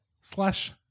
slash